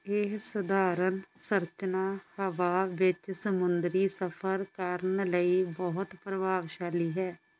ਇਹ ਸਧਾਰਨ ਸੰਰਚਨਾ ਹਵਾ ਵਿੱਚ ਸਮੁੰਦਰੀ ਸਫ਼ਰ ਕਰਨ ਲਈ ਬਹੁਤ ਪ੍ਰਭਾਵਸ਼ਾਲੀ ਹੈ